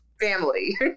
family